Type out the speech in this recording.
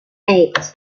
eight